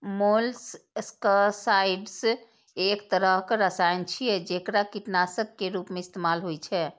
molluscicides एक तरहक रसायन छियै, जेकरा कीटनाशक के रूप मे इस्तेमाल होइ छै